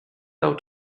out